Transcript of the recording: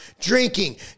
drinking